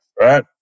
right